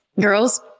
Girls